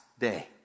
day